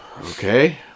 Okay